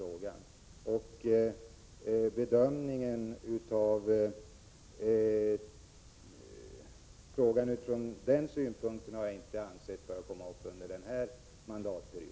Jag har inte ansett att bedömningen av frågan utifrån den synpunkten bör komma upp under denna mandatperiod.